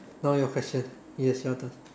now your question yes your turn